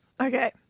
Okay